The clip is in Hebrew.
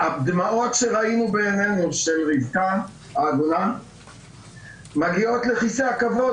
הדמעות שראינו בעינינו של רבקה העגונה מגיעות עד כיסא הכבוד,